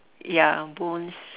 ya bones